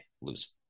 lose